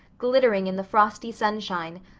glittering in the frosty sunshine,